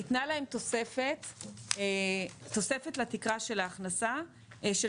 ניתנה להם תוספת לתקרה של ההכנסה של